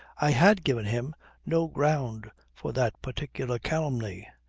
i had given him no ground for that particular calumny.